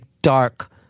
Dark